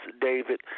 David